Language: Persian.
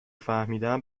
فهمیدم